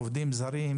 עובדים זרים,